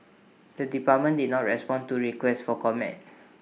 the department did not respond to requests for comment